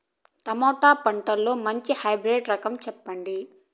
Tomato పంటలో మంచి hybrid రకం చెప్పండి?